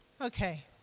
okay